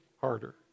harder